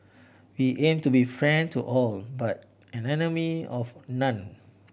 we aim to be friend to all but an enemy of none